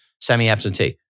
semi-absentee